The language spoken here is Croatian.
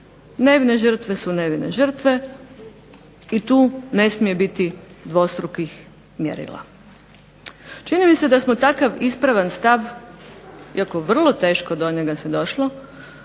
Nevine žrtve su nevine žrtve, i tu ne smije biti dvostrukih mjerila. Čini mi se da smo takav ispravan stav, iako vrlo teško do njega se došlo,